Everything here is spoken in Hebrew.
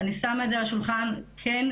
אני שמה את זה על השולחן כן,